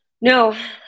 No